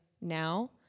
now